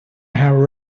have